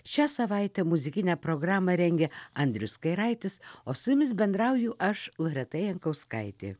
šią savaitę muzikinę programą rengia andrius kairaitis o su jumis bendrauju aš loreta jankauskaitė